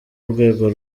urwego